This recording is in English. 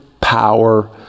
power